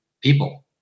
people